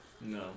No